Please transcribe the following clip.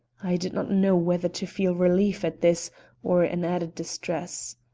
i did not know whether to feel relief at this or an added distress.